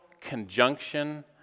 conjunction